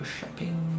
shopping